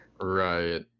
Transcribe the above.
Right